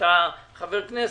אתה חבר כנסת.